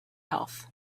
health